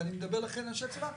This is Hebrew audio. ואני מדבר אליכם אנשי הצבא,